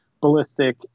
Ballistic